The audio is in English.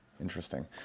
Interesting